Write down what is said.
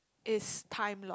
is time lost